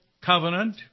covenant